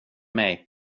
mig